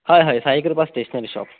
हय हय Saikripa stationery shop